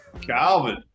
Calvin